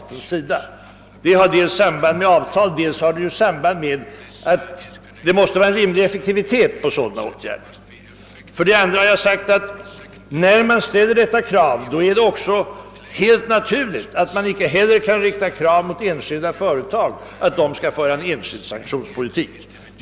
Detta har samband dels med ingångna avtal, dels med det förhållandet att sådana utgärder måste ha en rimlig effektivitet. Jag har för det andra sagt att det när man ställer detta krav beträffande den svenska statens åtgärder så är det helt naturligt att man inte kan rikta krav mot enskilda företagare att de skall föra privat sanktionspolitik.